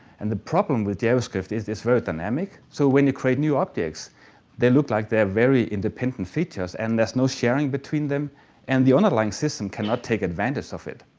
and the problem with javascript is it's very dynamic, so when you create new updates they look like they're very independent features and that's no sharing between them and the online system cannot take advantage of it.